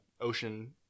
ocean